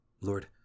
Lord